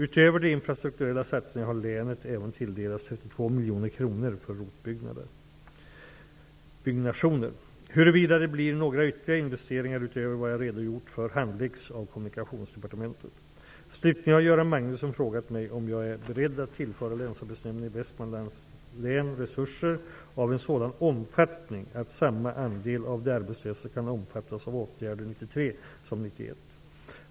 Utöver de infrastrukturella satsningarna har länet även tilldelats 32 miljoner kronor för ROT Huruvuda det blir några ytterligare investeringar utöver vad jag redogjort för handläggs av Slutligen har Göran Magnusson frågat mig om jag är beredd att tillföra länsarbetsnämnden i Västmlands län resurser av en sådan omfattning att samma andel av de arbetslösa kan omfattas av åtgärder 1993 som 1991.